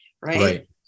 right